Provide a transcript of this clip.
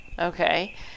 Okay